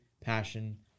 passion